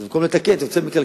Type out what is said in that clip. אז במקום מתקן אתה יוצא מקלקל.